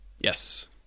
Yes